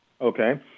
Okay